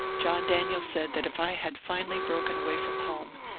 john daniel said that if i had finally broken away from home,